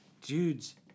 Dudes